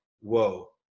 whoa